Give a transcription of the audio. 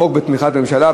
החוק בתמיכת הממשלה.